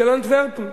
של אנטוורפן,